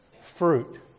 fruit